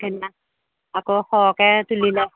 সেইদিনা আকৌ সৰহকে তুলি লওঁ